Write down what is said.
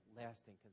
lasting